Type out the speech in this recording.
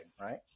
right